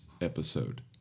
episode